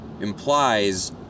implies